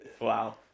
Wow